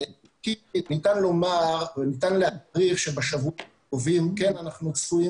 וניתן להעריך שבשבועות הקרובים כן אנחנו צפויים